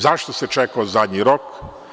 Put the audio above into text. Zašto se čekao zadnji rok?